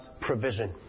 provision